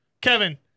Kevin